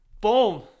Boom